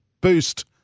boost